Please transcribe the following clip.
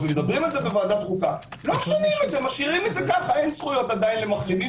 ומתעלמים בוועדת חוקה משאירים את זה ככה אין זכויות למחלימים,